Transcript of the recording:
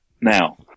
now